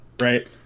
right